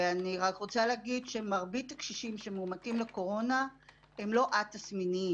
ואני רק רוצה להגיד שמרבית הקשישים שמאומתים לקורונה הם לא א-תסמיניים.